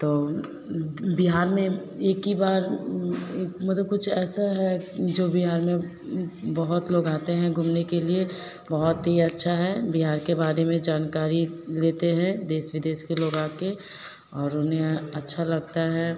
तो बिहार में एक ही बार मतलब कुछ ऐसा है जो बिहार में बहुत लोग आते हैं घूमने के लिए बहुत ही अच्छा है बिहार के बारे में जानकारी लेते हैं देश विदेश के लोग आकर और उन्हें अच्छा लगता है